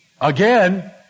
again